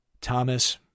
Thomas